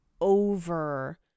over